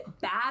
bad